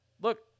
Look